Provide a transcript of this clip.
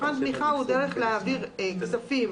מבחן תמיכה היא דרך להעביר כספים